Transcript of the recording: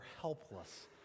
helpless